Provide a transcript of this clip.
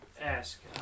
ask